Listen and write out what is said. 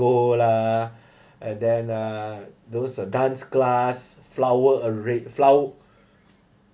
lah and then uh those uh dance class flower arran~ flow~